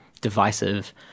divisive